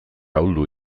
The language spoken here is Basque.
ahuldu